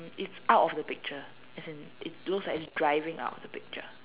it's out of the picture as in it looks like it's driving out of the picture